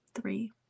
three